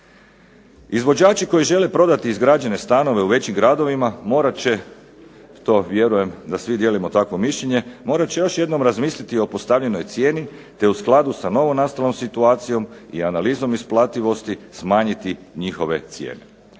Izvođači koji žele prodati stanove u većinom gradovima morat će, to vjerujem da svi dijelimo takvo mišljenje, morat će još jednom razmisliti o postavljenoj cijeni te u skladu sa novonastalom situacijom i analizom isplativosti smanjiti njihove cijene.